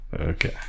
Okay